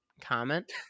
comment